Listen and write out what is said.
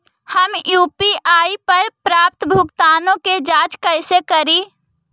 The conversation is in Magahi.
हम यु.पी.आई पर प्राप्त भुगतानों के जांच कैसे करी?